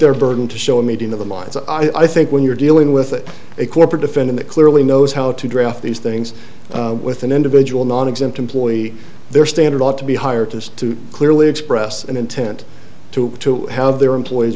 their burden to show a meeting of the minds of i think when you're dealing with a corporate offending that clearly knows how to draft these things with an individual nonexempt employee their standard ought to be higher to clearly express an intent to have their employees